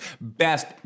best